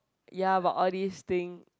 ya but all these thing